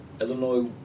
Illinois